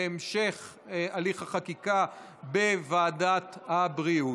בהמשך הליך החקיקה בוועדת בריאות.